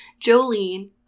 Jolene